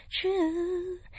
true